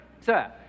sir